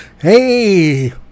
Hey